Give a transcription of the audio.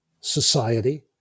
society